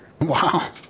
Wow